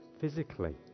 physically